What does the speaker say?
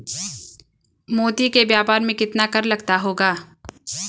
मोती के व्यापार में कितना कर लगता होगा?